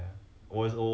funny right